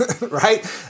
right